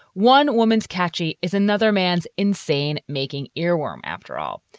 one woman's catchy is another man's insane, making earworm, after all.